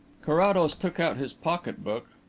carrados took out his pocket-book,